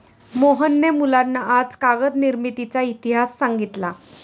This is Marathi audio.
मोहनने मुलांना आज कागद निर्मितीचा इतिहास सांगितला